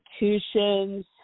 institutions